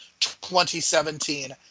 2017